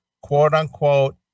quote-unquote